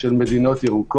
שבו יש הסדר של מדינות ירוקות.